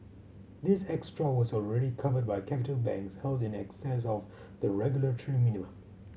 this extra was already covered by capital banks held in excess of the regulatory minimum